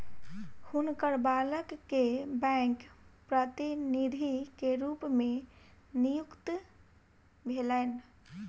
हुनकर बालक के बैंक प्रतिनिधि के रूप में नियुक्ति भेलैन